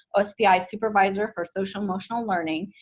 ospi's supervisor for social-emotional learning,